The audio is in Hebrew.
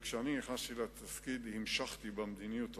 כשאני נכנסתי לתפקיד המשכתי במדיניות הזאת,